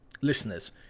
listeners